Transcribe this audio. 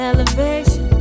Elevation